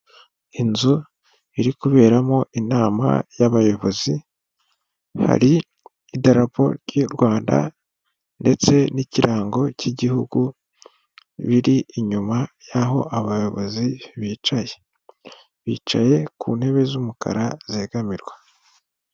Inzu iri kuberamo inama y'abayobozi, hari idarapo ry'u Rwanda ndetse n'ikirango cy'igihugu biri inyuma y'aho abayobozi bicaye, bicaye ku ntebe z'umukara zegamirwa.